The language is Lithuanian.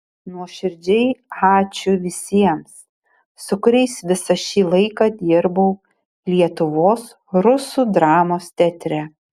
nuoširdžiai ačiū visiems su kuriais visą šį laiką dirbau lietuvos rusų dramos teatre